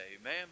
amen